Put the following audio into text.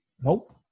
Nope